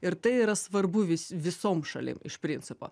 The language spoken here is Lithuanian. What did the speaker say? ir tai yra svarbu visom šalim iš principo